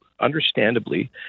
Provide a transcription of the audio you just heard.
understandably